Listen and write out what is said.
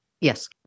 Yes